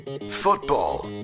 Football